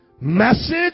Message